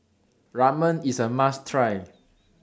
Ramen IS A must Try